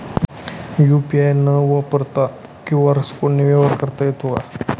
UPI न वापरता QR कोडने व्यवहार करता येतो का?